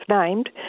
named